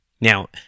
Now